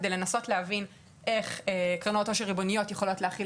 על מנת להבין איך קרנות עושר ריבוניות יכולות להכיל